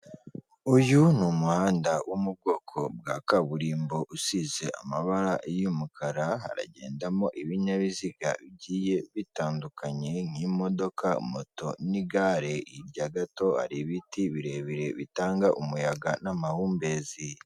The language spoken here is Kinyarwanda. Uyu ni umuhanda wo mu bwoko bwa kaburimbo usize amabara y'umukara agendamo ibinyabiziga bigiye bitandukanye nk'imodoka moto n'igare hirya gato hari ibiti birebire bitanga umuyaga n'amahumbezi.